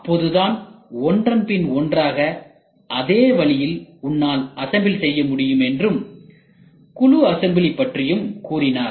அப்போதுதான் ஒன்றன்பின் ஒன்றாக அதே வழியில் உன்னால் அசம்பிள் செய்ய முடியும் என்றும் குழு அசம்பிளி பற்றியும் கூறினார்